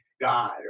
god